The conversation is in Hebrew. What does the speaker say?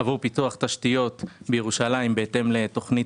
עבור פיתוח תשתיות ירושלים בהתאם לתכנית